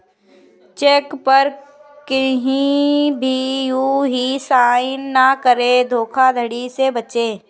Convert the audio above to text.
check पर कहीं भी यू हीं साइन न करें धोखाधड़ी से बचे